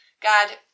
God